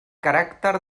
caràcter